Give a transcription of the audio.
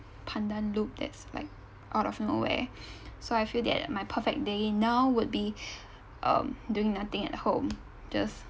pandan loop that's like out of nowhere so I feel that my perfect day now would be um doing nothing at home just